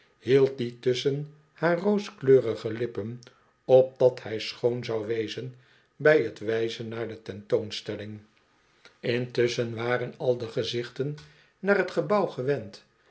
hield dien tusschen haar rooskleurige lippen opdat hij schoon zou wezen bij t wijzen naaide tentoonstelling intusschen waren al de gezichten naar t gebouw gewend